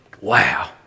Wow